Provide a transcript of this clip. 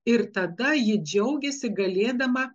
ir tada ji džiaugiasi galėdama